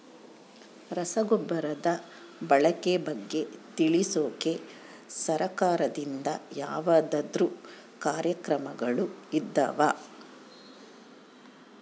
ರಸಗೊಬ್ಬರದ ಬಳಕೆ ಬಗ್ಗೆ ತಿಳಿಸೊಕೆ ಸರಕಾರದಿಂದ ಯಾವದಾದ್ರು ಕಾರ್ಯಕ್ರಮಗಳು ಇದಾವ?